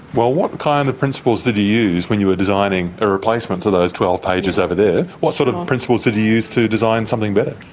well, what kind of principles did you use when you were designing a replacement for those twelve pages over there? what sort of principles did you use to design something better?